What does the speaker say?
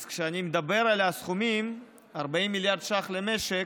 אז כשאני מדבר על הסכומים, 40 מיליארד ש"ח למשק,